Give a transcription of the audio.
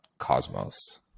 cosmos